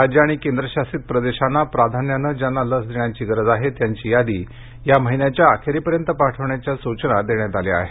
राज्य आणि केंद्रशासित प्रदेशांना प्राधान्याने ज्यांना लस देण्याची गरज आहे त्यांची यादी या महिन्याच्या अखेरीपर्यंत पाठविण्याच्या सूचना देण्यात आल्या आहेत